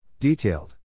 Detailed